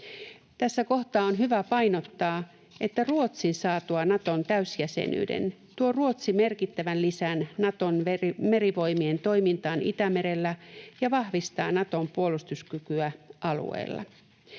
Tässä kohtaa on hyvä painottaa, että Ruotsin saatua Naton täysjäsenyyden tuo Ruotsi merkittävän lisän Naton merivoimien toimintaan Itämerellä ja vahvistaa Naton puolustuskykyä alueella.